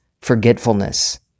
forgetfulness